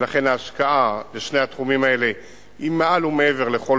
ולכן ההשקעה בשני התחומים האלה היא מעל ומעבר לכל